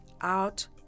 out